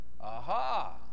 Aha